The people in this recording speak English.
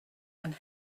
and